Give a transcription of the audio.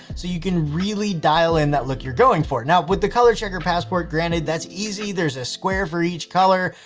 so you can really dial in that look you're going for. now with the color checker passport, granted that's easy. there's a square for each color,